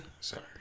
Sorry